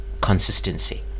consistency